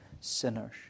sinners